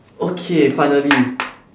okay finally